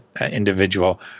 individual